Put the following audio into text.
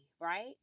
right